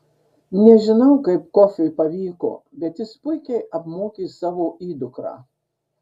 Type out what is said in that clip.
nežinau kaip kofiui pavyko bet jis puikiai apmokė savo įdukrą